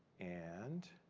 and